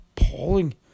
appalling